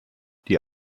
die